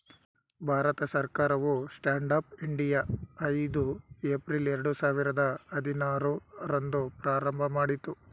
ಭಾರತ ಸರ್ಕಾರವು stand up India ಐದು April ಎರಡು ಸಾವಿರದ ಹದಿನಾರು ರಂದು ಪ್ರಾರಂಭಮಾಡಿತು